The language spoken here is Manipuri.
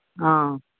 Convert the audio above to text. ꯑꯥ